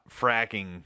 fracking